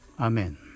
Amen